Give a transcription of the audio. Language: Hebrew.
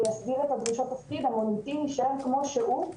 ויסדיר את הדרישות --- יישאר כמו שהוא,